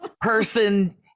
person